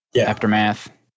aftermath